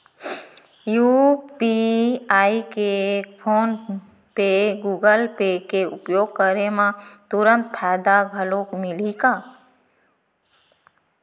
UPI के PhonePe या Google Pay के उपयोग करे म तुरंत फायदा घलो मिलही का?